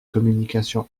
communication